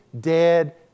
dead